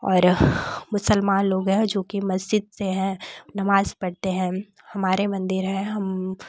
और मुसलमान लोग हैं जो की मस्जिद से हैं नमाज़ पढ़ते हैं हमारे मंदिर हैं हम